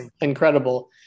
incredible